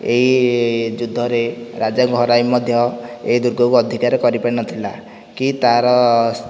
ଏହି ଯୁଦ୍ଧରେ ରାଜାଙ୍କୁ ହରାଇ ମଧ୍ୟ ଏହି ଦୁର୍ଗକୁ ଅଧିକାର କରିପାରିନଥିଲା କି ତାର